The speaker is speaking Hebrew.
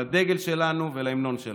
לדגל שלנו ולהמנון שלנו.